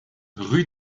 rue